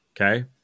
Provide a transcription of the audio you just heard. okay